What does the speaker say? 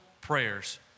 prayers